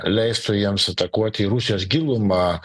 leistų jiems atakuot į rusijos gilumą